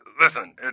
Listen